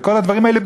וכל הדברים האלה,